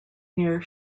near